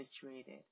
situated